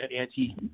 anti